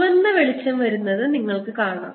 ചുവന്ന വെളിച്ചം വരുന്നത് നിങ്ങൾ കാണുന്നു